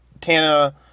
Tana